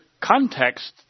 context